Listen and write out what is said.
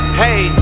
hey